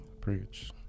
Preach